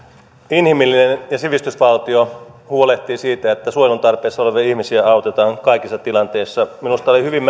inhimillinen sivistysvaltio huolehtii siitä että suojelun tarpeessa olevia ihmisiä autetaan kaikissa tilanteissa minusta oli hyvin